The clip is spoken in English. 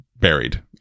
buried